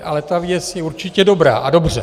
Ale věc je určitě dobrá, dobře.